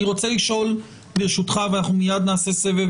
ברשותך, אני רוצה לשאול ומיד נעשה סבב